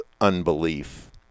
unbelief